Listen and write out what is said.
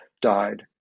died